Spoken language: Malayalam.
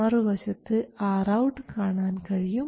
മറുവശത്ത് Rout കാണാൻ കഴിയും